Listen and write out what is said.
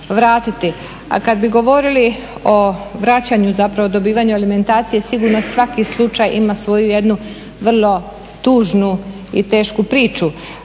A kad bi govorili o vraćanju, zapravo dobivanju alimentacije, sigurno svaki slučaj ima svoju jednu vrlo tužnu i tešku priču.